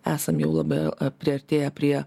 esam jau labai priartėję prie